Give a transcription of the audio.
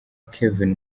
kevin